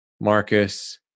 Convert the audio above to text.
Marcus